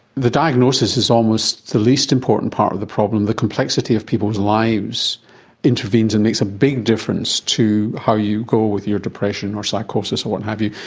the diagnosis is almost the least important part of the problem, the complexity of people's lives intervenes and makes a big difference to how you go with your depression or psychosis or what have you,